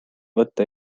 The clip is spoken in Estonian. võtta